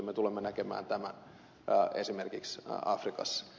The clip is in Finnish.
me tulemme näkemään tämän esimerkiksi afrikassa